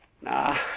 Nah